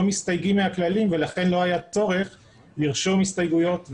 מסתייגים מהכללים ולכן לא היה צורך לרשום הסתייגויות.